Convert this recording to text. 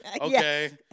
Okay